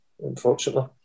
unfortunately